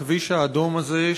הכביש האדום הזה,